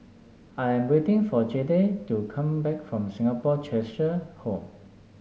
I am waiting for Jayde to come back from Singapore Cheshire Home